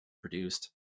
produced